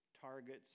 targets